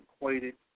equated